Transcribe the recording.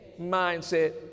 mindset